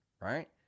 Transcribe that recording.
right